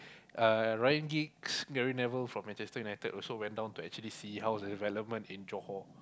uh Ryan-Giggs Gary-Neville from Manchester United also went down to actually see how is it relevant in Johor